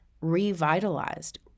revitalized